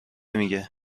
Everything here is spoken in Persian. میگه